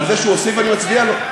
על זה שהוא הוסיף אני מצדיע לו.